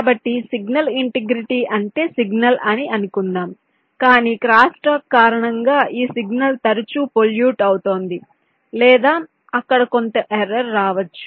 కాబట్టి signal integrity అంటే signal అని అనుకుందాం కాని క్రాస్స్టాక్ కారణంగా ఈ సిగ్నల్ తరచూ పొల్యూట్ అవుతోంది లేదా అక్కడ కొంత ఎర్రర్ రావచ్చు